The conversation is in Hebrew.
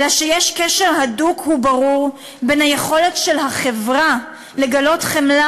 אלא שיש קשר הדוק וברור בין היכולת של החברה לגלות חמלה